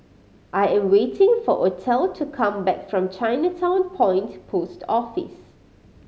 I am waiting for Othel to come back from Chinatown Point Post Office